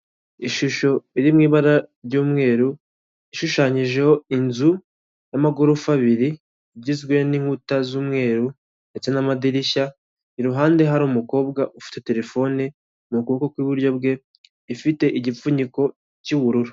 Ishusho iri mu ibara ry'umweru ishushanyijeho inzu y'amagorofa abiri, igizwe n'inkuta z'umweru ndetse n'amadirishya iruhande hari umukobwa ufite telefone mu kuboko kw'iburyo bwe ifite igipfunyiko cy'ubururu.